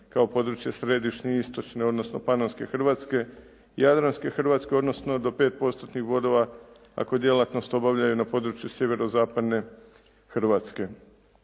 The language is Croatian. kao područje središnje istočne, odnosno panonske Hrvatske, jadranske Hrvatske, odnosno do 5 postotnih bodova ako djelatnost obavljaju na području sjeverozapadne Hrvatske.